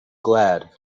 glad